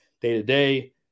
day-to-day